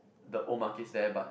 the old markets there but